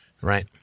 right